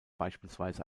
beispielsweise